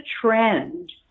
trend